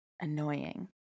Annoying